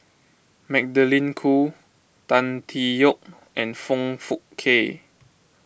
Magdalene Khoo Tan Tee Yoke and Foong Fook Kay